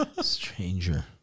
Stranger